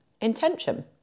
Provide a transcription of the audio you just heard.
intention